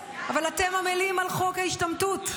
אבל אתם עמלים על חוק ההשתמטות.